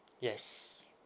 yes